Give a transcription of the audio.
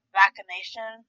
vaccination